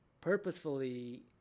purposefully